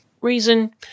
reason